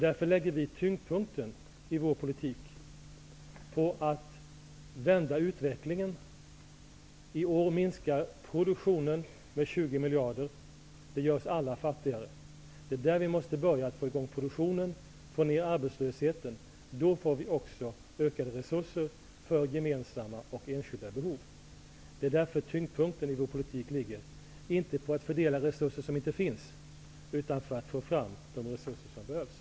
Därför lägger vi i vår politik tyngdpunkten på att vända utvecklingen. I år minskar produktionen med 20 miljarder. Det gör oss alla fattigare. Vi måste därför börja med att få i gång produktionen och få ned arbetslösheten. Då får vi också ökade resurser för gemensamma och enskilda behov. Det är därför tyngdpunkten i vår politik inte ligger i att fördela resurser som inte finns, utan i att få fram de resurser som behövs.